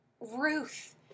Ruth